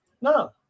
No